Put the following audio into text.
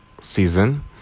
season